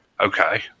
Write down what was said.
Okay